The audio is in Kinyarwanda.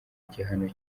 igihano